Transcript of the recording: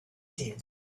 din